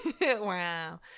wow